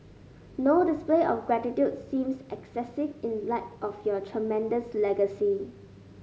no display of gratitude seems excessive in light of your tremendous legacy